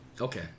Okay